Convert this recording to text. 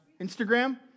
Instagram